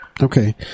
Okay